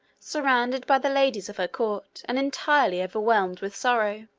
surrounded by the ladies of her court, and entirely overwhelmed with sorrow.